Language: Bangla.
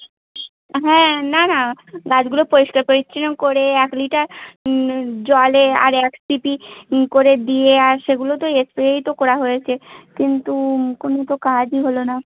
হ্যাঁ না না গাছগুলো পরিষ্কার পরিচ্ছন্ন করে এক লিটার জলে আর এক ছিপি করে দিয়ে আর সেগুলো তো স্প্রেই তো করা হয়েছে কিন্তু কোনো তো কাজই হলো না